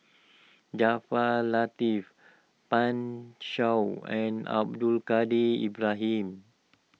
Jaafar Latiff Pan Shou and Abdul Kadir Ibrahim